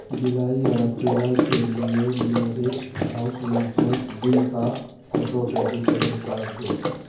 جولائی اور اکتوبر کے لیے میرے ہاؤس مینٹننس بل کا آٹو پے ڈسیبل کر دو